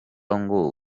ngo